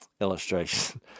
illustration